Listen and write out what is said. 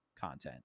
content